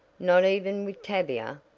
not even with tavia?